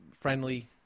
friendly